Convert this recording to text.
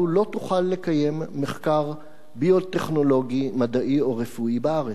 לא תוכל לקיים מחקר ביו-טכנולוגי מדעי או רפואי בארץ.